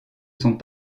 sont